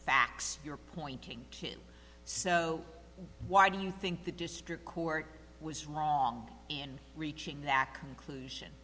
facts you're pointing to so why do you think the district court was wrong in reaching that conclusion